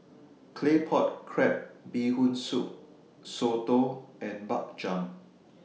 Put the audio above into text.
Claypot Crab Bee Hoon Soup Soto and Bak Chang